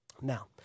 Now